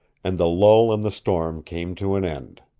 and the lull in the storm came to an end.